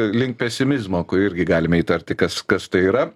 link pesimizmo irgi galime įtarti kas kas tai yra